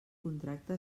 contracte